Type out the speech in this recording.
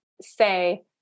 say